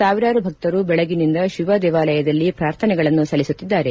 ಸಾವಿರಾರು ಭಕ್ತರು ಬೆಳಗ್ಗಿನಿಂದ ಶಿವ ದೇವಾಲಯಗಳಲ್ಲಿ ಪ್ರಾರ್ಥನೆಗಳನ್ನು ಸಲ್ಲಿಸುತ್ತಿದ್ದಾರೆ